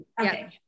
Okay